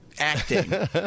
acting